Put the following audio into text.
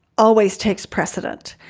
always takes precedent,